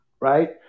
right